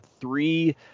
three